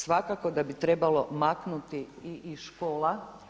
Svakako da bi trebalo maknuti i iz škola.